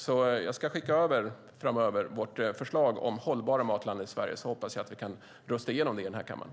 Jag ska därför skicka över vårt förslag om det hållbara Matlandet Sverige, så hoppas jag att vi kan rösta igenom det i kammaren.